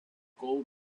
gold